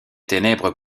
ténèbres